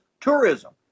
tourism